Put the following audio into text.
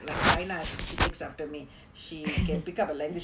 like shina she takes after me she can pick up a language